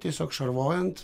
tiesiog šarvojant